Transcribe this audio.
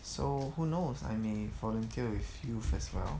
so who knows I may volunteer with youth as well